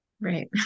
Right